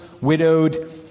widowed